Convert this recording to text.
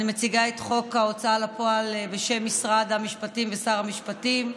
אני מציגה את חוק ההוצאה לפועל בשם משרד המשפטים ושר המשפטים.